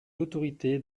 l’autorité